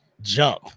jump